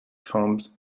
farmed